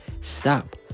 stop